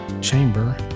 chamber